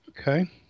Okay